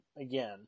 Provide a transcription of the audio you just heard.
again